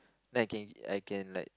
then I can I can like